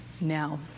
Now